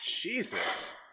Jesus